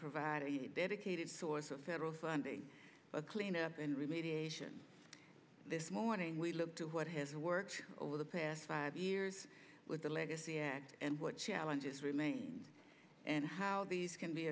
provide a dedicated source of federal funding for cleanup and remediation this morning we look to what has worked over the past five years with the legacy act and what challenges remain and how these can be